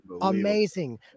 Amazing